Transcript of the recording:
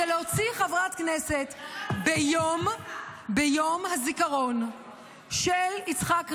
הוא להוציא חברת כנסת ביום הזיכרון של יצחק רבין,